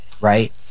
right